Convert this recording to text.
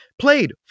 played